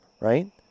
right